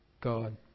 God